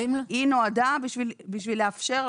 היא נועדה בשביל לאפשר,